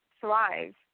thrive